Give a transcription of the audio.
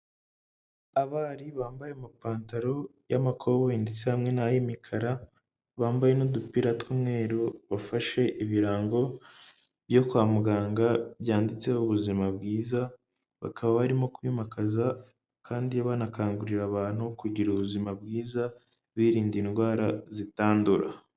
Abari bambaye amapantaro y'amakoboyi ndetse hamwe n'ay'imikara, bambaye n'udupira tw'umweru, bafashe ibirango byo kwa muganga byanditseho ubuzima bwiza, bakaba barimo kwimakaza kandi banakangurira abantu kugira ubuzima bwiza, birinda indwara zitandura.